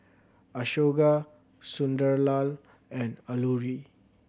Ashoka Sunderlal and Alluri